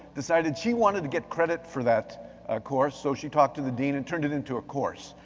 decided she wanted to get credit for that ah course, so she talked to the dean and turned it into a course.